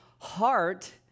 heart